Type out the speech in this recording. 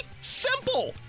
Simple